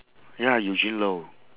ya eugene loh